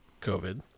COVID